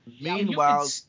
Meanwhile